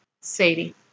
Sadie